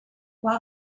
while